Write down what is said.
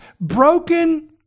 broken